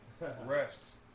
Rest